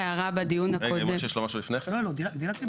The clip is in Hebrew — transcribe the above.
נאמר בדיון הקודם שהמונח מבנה פשוט הוא מונח שנעשה